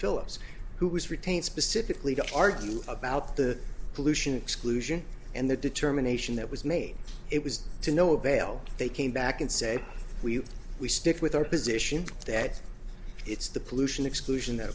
phillips who was retained specifically to argue about the pollution exclusion and the determination that was made it was to no avail they came back and said we we stick with our position that it's the pollution exclusion